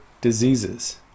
diseases